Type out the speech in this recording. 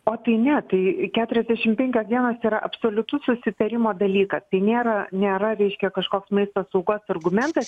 o tai ne tai į keturiasdešimt penkias dienas yra absoliutus susitarimo dalykas tai nėra nėra reiškia kažkoks maisto saugos argumentas